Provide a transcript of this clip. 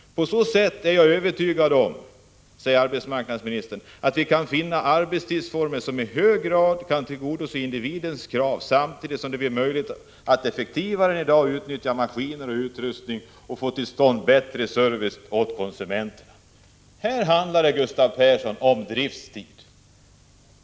”På så sätt är jag övertygad om”, säger arbetsmarknadsministern, ”att vi kan finna arbetstidsformer som i hög grad kan tillgodose individens krav samtidigt som det blir möjligt att effektivare än i dag utnyttja maskiner och utrustning och att få till stånd bättre service åt konsumenterna.” Här handlar det, Gustav Persson, om driftstid.